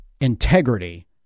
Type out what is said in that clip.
integrity